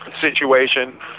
situation